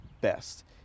best